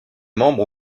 membres